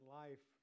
life